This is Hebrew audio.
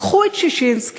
קחו את דוח ששינסקי,